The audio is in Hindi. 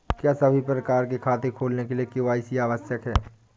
क्या सभी प्रकार के खाते खोलने के लिए के.वाई.सी आवश्यक है?